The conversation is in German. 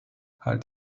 halt